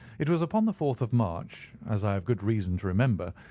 it was upon the fourth of march, as i have good reason to remember,